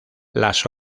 las